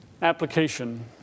Application